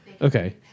Okay